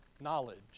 Knowledge